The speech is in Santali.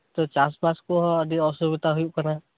ᱛᱚ ᱪᱟᱥ ᱵᱟᱥ ᱠᱚᱦᱚᱸ ᱟᱹᱰᱤ ᱚᱥᱵᱤᱛᱟ ᱦᱩᱭᱩᱜ ᱠᱟᱱᱟ